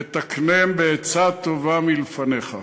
ותקנם בעצה טובה מלפניך.